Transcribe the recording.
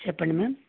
చెప్పండి మ్యామ్